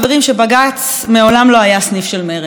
שבג"ץ מעולם לא היה סניף של מרצ.